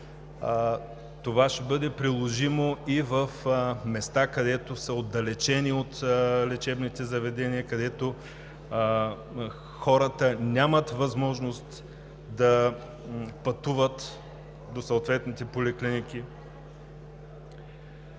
това ще бъде приложимо и в места, които са отдалечени от лечебните заведения, където хората нямат възможност да пътуват до съответните поликлиники.